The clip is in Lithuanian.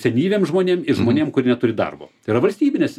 senyviem žmonėm ir žmonėm kurie neturi darbo tai yra valstybinės